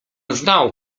znał